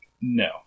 No